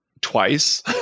twice